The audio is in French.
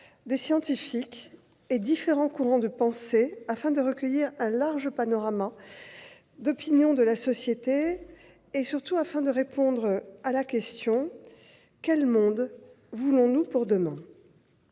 des scientifiques et différents courants de pensée afin de recueillir un large panorama d'opinions de la société et, surtout, de répondre à la question :« Quel monde voulons-nous pour demain ?»